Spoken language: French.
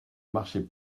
marchait